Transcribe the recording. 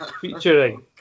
Featuring